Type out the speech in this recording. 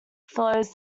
flows